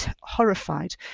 horrified